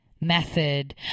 method